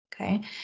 okay